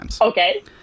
okay